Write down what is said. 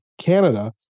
Canada